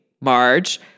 Marge